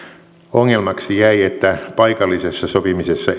ongelmaksi jäi että paikallisessa sopimisessa